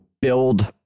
build